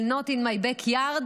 של not in my back yard,